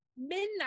midnight